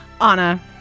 Anna